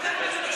יחס מיוחד.